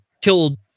killed